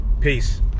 Peace